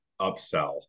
upsell